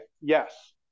yes